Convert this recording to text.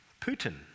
Putin